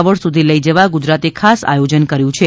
vote સુધી લઈ જવા ગુજરાતે ખાસ આયોજન કર્યું છે